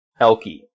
Elky